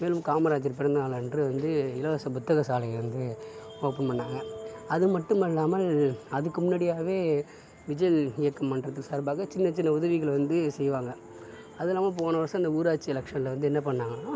மேலும் காமராஜர் பிறந்த நாளன்று வந்து இலவச புத்தகசாலைகள் வந்து ஓப்பன் பண்ணாங்கள் அது மட்டுமல்லாமல் அதுக்கு முன்னாடியாவே விஜய் இயக்க மன்றத்தின் சார்பாக சின்னச் சின்ன உதவிகளை வந்து செய்வாங்கள் அதில்லாமல் போன வருஷம் இந்த ஊராட்சி எலக்ஷன்ல வந்து என்ன பண்ணாங்கனால்